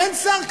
אין שר כלכלה.